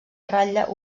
ratlla